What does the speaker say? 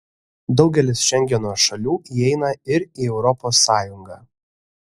daugelis šengeno šalių įeina ir į europos sąjungą